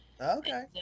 Okay